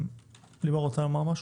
חברת הכנסת מגן, את רוצה לומר משהו?